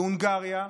בהונגריה,